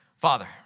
Father